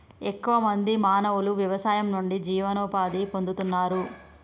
ఎక్కువ మంది మానవులు వ్యవసాయం నుండి జీవనోపాధి పొందుతున్నారు